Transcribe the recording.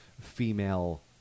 female